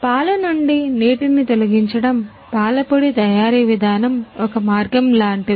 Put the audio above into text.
పాలు నుండి నీటిని తొలగించ డం పాలపొడి తయారీ విధానం ఒక మార్గం లాంటిది